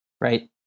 right